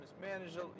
mismanaged